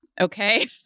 Okay